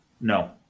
No